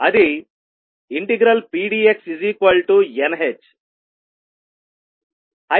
అది ∫pdxnh